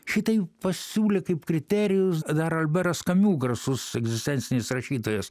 šitai pasiūlė kaip kriterijus dar alberas kamiu garsus egzistencinis rašytojas